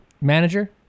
manager